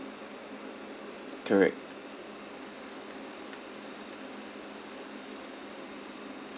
correct